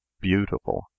beautiful